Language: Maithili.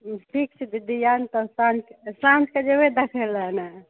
ठीक छै दीदी आयब तब साँझके साँझके जेबै देखैलए ने